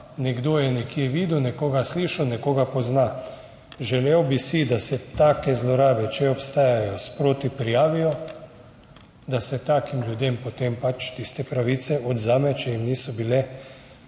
nekdo je nekje videl, nekoga slišal, nekoga pozna. Želel bi si, da se take zlorabe, če obstajajo, sproti prijavijo, da se takim ljudem potem pač tiste pravice odvzame, če jim niso bile pravilno